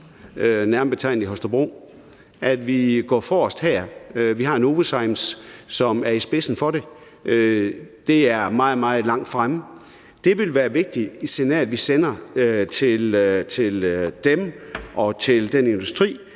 nærmere betegnet i Holstebro. Vi skal gå forrest her. Vi har Novozymes, som er i spidsen for det. Det er meget, meget langt fremme. Det ville være et vigtigt signal at sende til dem og den industri,